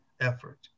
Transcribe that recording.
effort